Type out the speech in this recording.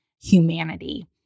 humanity